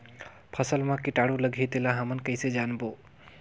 फसल मा कीटाणु लगही तेला हमन कइसे जानबो?